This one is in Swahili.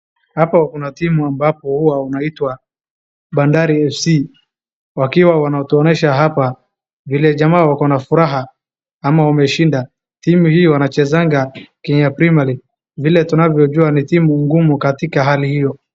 Hapo kuna timu ambapo huwa wanaitwa Bandari FC wakiwa wanatuonyesha hapa vile jamaa wako na furaha ama wameshinda, timu hii waanachezanga kenya premier league , vile tunavyojua ni timu ngumu katika hali hiyo.